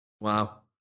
Wow